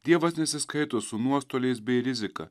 dievas nesiskaito su nuostoliais bei rizika